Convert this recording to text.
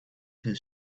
his